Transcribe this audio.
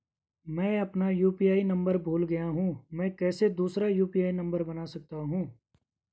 मैं अपना UPI number भूल गया हूँ मैं कैसे दूसरा यु.पी.आई नम्बर बना सकता हूँ?